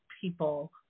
people